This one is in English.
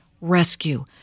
rescue